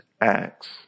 acts